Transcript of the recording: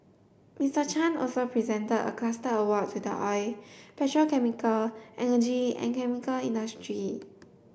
Mister Chan also presented a cluster award to the oil petrochemical energy and chemical industry